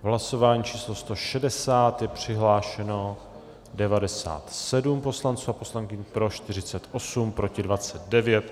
V hlasování číslo 160 je přihlášeno 97 poslanců a poslankyň, pro 48, proti 29.